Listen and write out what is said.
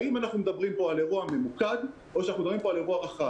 האם אנחנו מדברים פה על אירוע ממוקד או שאנחנו מדברים פה על אירוע רחב.